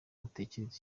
utekereje